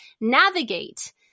navigate